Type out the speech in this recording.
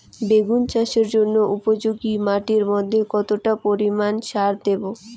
বেগুন চাষের জন্য উপযোগী মাটির মধ্যে কতটা পরিমান সার দেব?